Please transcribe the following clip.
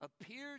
appeared